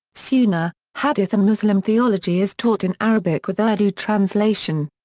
sunnah, hadith and muslim theology is taught in arabic with urdu translation.